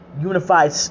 unified